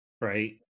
right